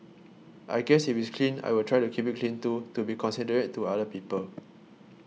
I guess if it's clean I will try to keep it clean too to be considerate to other people